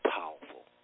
powerful